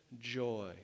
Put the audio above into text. joy